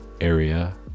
area